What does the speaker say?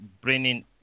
bringing